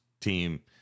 team